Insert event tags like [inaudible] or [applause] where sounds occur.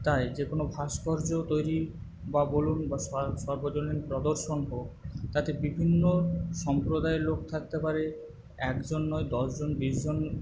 তাই যে কোনো ভাস্কর্য তৈরি বা বলুন বা [unintelligible] সর্বজনীন প্রদর্শন হোক তাতে বিভিন্ন সম্প্রদায়ের লোক থাকতে পারে একজন নয় দশজন বিশজন